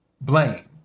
blame